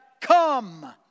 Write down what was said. come